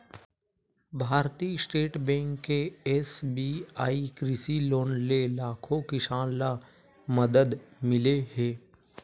भारतीय state bank के SBI कृषि लोन ले लाखो किसान ल मदद मिले हे